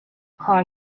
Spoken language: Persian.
کار